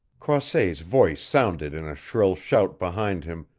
croisset's voice sounded in a shrill shout behind him,